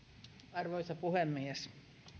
arvoisa puhemies